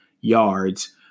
yards